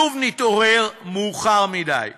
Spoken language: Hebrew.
שוב נתעורר מאוחר מדי.